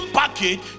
package